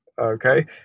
Okay